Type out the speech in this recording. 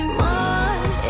more